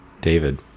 David